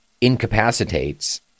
incapacitates